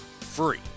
free